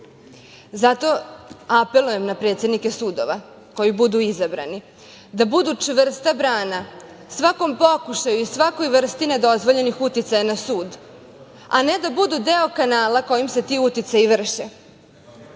apelujem na predsednike sudova koji budu izabrani da budu čvrsta brana svakom pokušaju i svakoj vrsti nedozvoljenih uticaja na sud, a ne da budu deo kanala kojim se ti uticaji